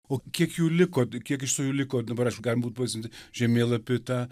o kiek jų liko kiek iš viso jų liko dabar aišku galima būtų pasiimti žemėlapį tą